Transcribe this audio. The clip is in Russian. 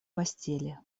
постели